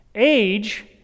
Age